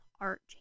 Art